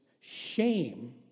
Shame